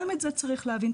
גם את זה צריך להבין,